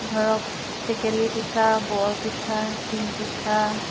ধৰক টেকেলী পিঠা বৰ পিঠা তিল পিঠা